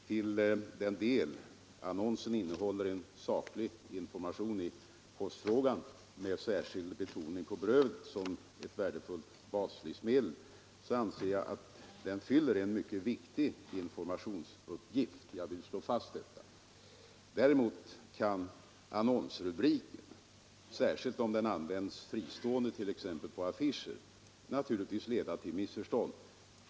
Till den del annonsen innehåller saklig information i kostfrågan med särskild betoning på brödet som ett värdefullt baslivsmedel anser jag att den fyller en mycket viktig informationsuppgift. Jag vill slå fast detta. Däremot kan annonsrubriken, särskilt om den används fristående, t.ex. på affischer, naturligtvis leda till missförstånd.